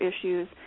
issues